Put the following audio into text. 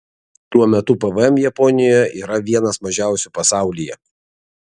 tuo metu pvm japonijoje yra vienas mažiausių pasaulyje